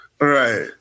Right